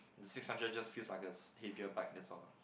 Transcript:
the six hundred just feels like a heavier bike that's all